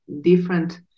different